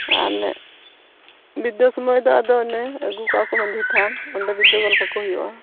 ᱟᱨ ᱚᱱᱮ ᱵᱤᱫᱟᱹ ᱥᱩᱢᱚᱭ ᱫᱚ ᱟᱫᱚ ᱚᱱᱮ ᱟᱹᱜᱩ ᱠᱚᱣᱟᱠᱚ ᱢᱟᱹᱡᱷᱤ ᱛᱷᱟᱱ ᱚᱸᱰᱮ ᱵᱤᱫᱟᱹ ᱜᱚᱫ ᱠᱟᱠᱚ ᱦᱩᱭᱩᱜᱼᱟ